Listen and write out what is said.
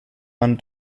man